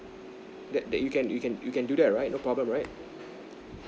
that that you can you can you can do that right no problem right